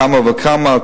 כמה וכמה,